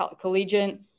collegiate